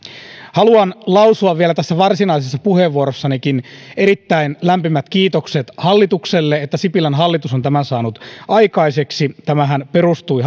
haluan lausua vielä tässä varsinaisessa puheenvuorossanikin erittäin lämpimät kiitokset hallitukselle siitä että sipilän hallitus on tämän saanut aikaiseksi tämähän perustui